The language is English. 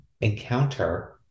encounter